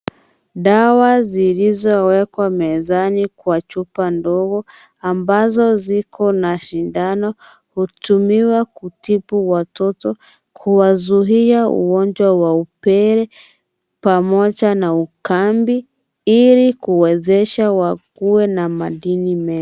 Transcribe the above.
Dawa zilizowekwa mezani kwa chupa ndogo, ambazo ziko na sindano. Hutumiwa kutibu watoto. Kuwazuia ugonjwa wa upele, pamoja na ukambi ili kuwezesha wakuwe na madini mema.